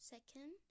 Second